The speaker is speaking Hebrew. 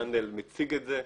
קנדל, שמציג את זה.